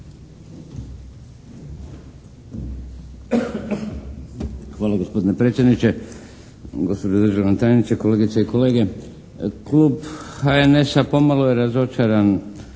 Hvala gospodine predsjedniče. Gospođo državna tajnice, kolegice i kolege. Klub HNS-a pomalo je razočaran